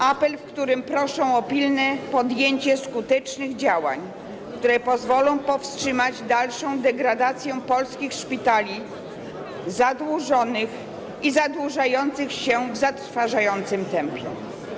Apel, w którym proszą o pilne podjęcie skutecznych działań, które pozwolą powstrzymać dalszą degradację polskich szpitali, zadłużonych i zadłużających się w zatrważającym tempie.